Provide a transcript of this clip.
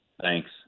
thanks